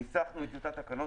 ניסחנו את טיוטת התקנות,